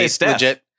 legit